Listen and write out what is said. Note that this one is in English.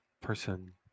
person